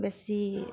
বেছি